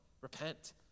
repent